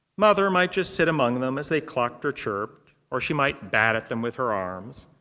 mother might just sit among them as they clucked or chirped or she might bat at them with her arms.